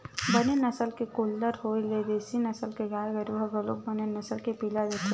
बने नसल के गोल्लर होय ले देसी नसल के गाय गरु ह घलोक बने नसल के पिला देथे